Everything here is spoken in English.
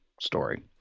story